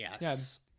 Yes